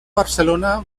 barcelona